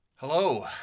Hello